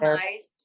nice